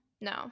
No